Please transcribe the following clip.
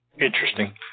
Interesting